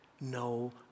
no